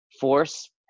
force